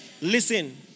Listen